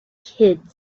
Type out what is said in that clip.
kids